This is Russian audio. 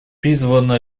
призвано